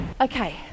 Okay